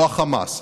לא החמאס.